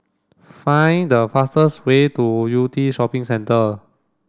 find the fastest way to Yew Tee Shopping Centre